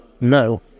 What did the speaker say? no